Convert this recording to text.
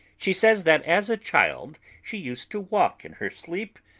she says that as a child she used to walk in her sleep,